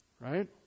Right